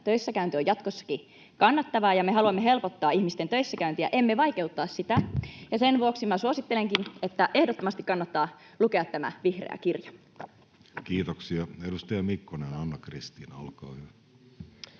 töissäkäynti on jatkossakin kannattavaa, ja me haluamme helpottaa ihmisten töissäkäyntiä, emme vaikeuttaa sitä. Sen vuoksi suosittelenkin, että ehdottomasti kannattaa lukea tämä vihreä kirja. [Speech 142] Speaker: Jussi Halla-aho